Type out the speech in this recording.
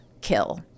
kill